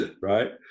right